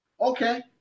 Okay